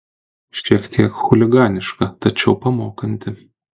šiek tiek chuliganiška tačiau pamokanti